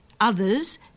others